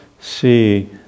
see